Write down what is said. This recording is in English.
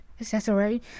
accessory